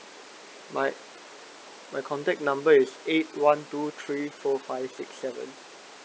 my my contact number is eight one two three four five six seven